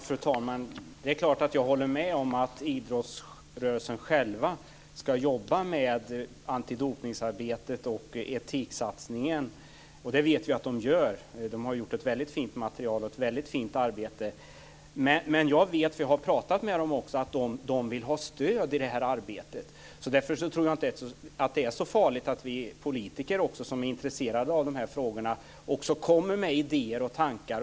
Fru talman! Det är klart att jag håller med om att idrottsrörelsen själv ska jobba med antidopningsarbetet och etiksatsningen, och det vet vi att de gör. De har gjort ett väldigt fint material och ett fint arbete. Men jag har talat med dem och vet att de vill ha stöd i det arbetet. Därför tror jag inte att det är så farligt om också vi politiker som är intresserade av dessa frågor kommer med idéer och tankar.